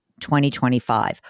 2025